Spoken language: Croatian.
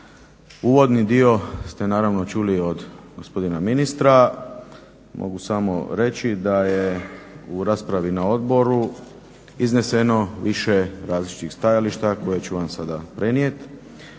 Uvodni dio ste naravno čuli od gospodina ministra, mogu samo reći da je u raspravi na odboru izneseno više različitih stajališta koje ću vam sad prenijeti.